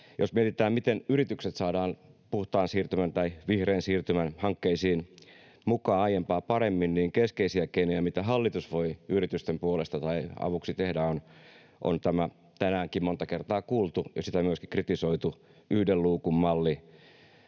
Jos mietitään, miten yritykset saadaan puhtaan siirtymän tai vihreän siirtymän hankkeisiin mukaan aiempaa paremmin, niin keskeisiä keinoja, mitä hallitus voi yritysten avuksi tehdä, on tämä tänäänkin monta kertaa kuultu — ja sitä on myöskin kritisoitu — yhden luukun malli,